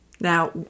Now